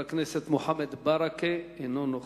חבר הכנסת מוחמד ברכה, אינו נוכח.